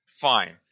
fine